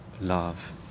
love